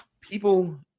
people